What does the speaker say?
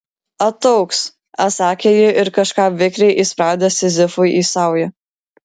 ataugs atsakė ji ir kažką vikriai įspraudė sizifui į saują